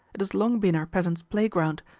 it has long been our peasants' play-ground,